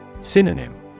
Synonym